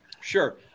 Sure